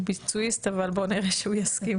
הוא ביצועיסט אבל בוא נראה שהוא יסכים.